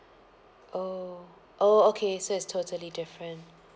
oh oh okay so it's totally different